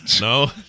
No